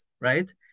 right